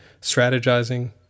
strategizing